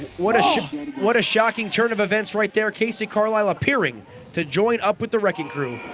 what what a shocking turn of events right there, kacee carlisle appearing to join up with the wrecking crew,